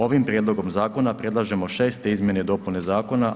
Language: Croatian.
Ovim prijedlogom zakona predlažemo 6. izmjene i dopune zakona.